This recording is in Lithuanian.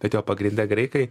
bet jo pagrinde graikai